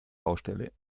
baustelle